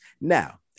Now